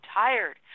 tired